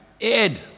Ed